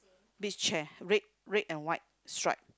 beach chair red red and white stripe